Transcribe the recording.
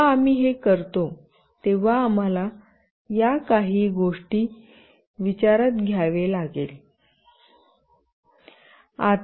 जेव्हा आम्ही हे करतो तेव्हा आम्हाला या काही गोष्टी विचारात घ्यावे लागेल